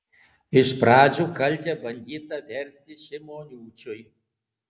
iš pradžių kaltę bandyta versti šimoniūčiui